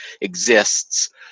exists